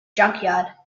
junkyard